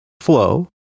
flow